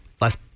last